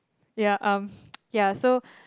ya um ya so